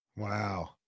Wow